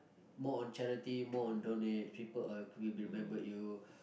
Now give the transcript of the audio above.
more on charity more on donate people will will remember you